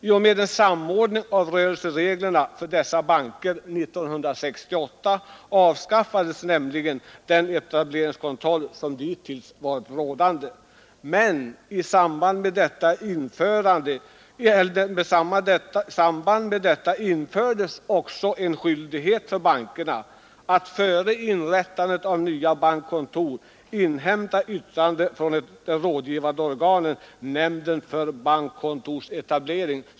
I och med en samordning av rörelsereglerna för dessa banker år 1968 avskaffades nämligen den etableringskontroll som dittills varit rådande. Men i samband med detta infördes också en skyldighet för bankerna att före inrättande av nya bankkontor inhämta yttrande från ett rådgivande organ, nämnden för bankkontorsetablering.